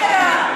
מהתשובה, מה קרה?